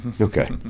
Okay